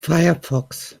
firefox